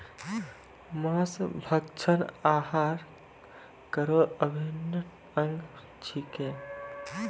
मांस भक्षण आहार केरो अभिन्न अंग छिकै